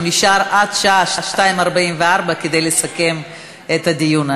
נשאר עד שעה 02:44 כדי לסכם את הדיון.